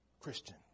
Christian